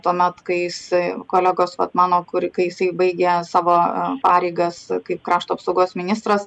tuomet kai jis kolegos vat mano kur kai jis baigė savo pareigas kaip krašto apsaugos ministras